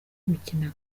gukina